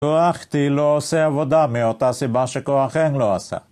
כח t לא עושה עבודה מאותה סיבה שכח m לא עשה